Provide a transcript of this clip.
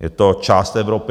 Je to část Evropy.